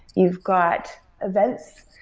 you've got events,